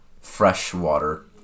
freshwater